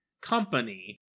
company